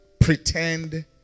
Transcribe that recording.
pretend